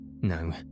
No